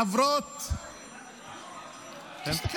תסתכל,